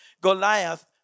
Goliath